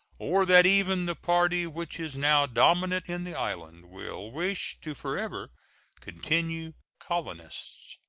or that even the party which is now dominant in the island will wish to forever continue colonists.